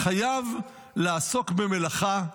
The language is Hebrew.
חייב לעסוק במלאכה.